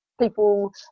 people